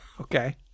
Okay